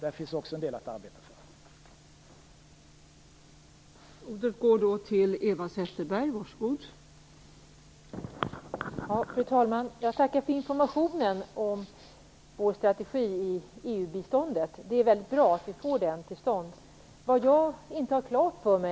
Där finns det också en del att arbeta för.